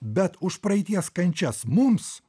bet už praeities kančias mums